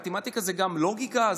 מתמטיקה זה גם לוגיקה,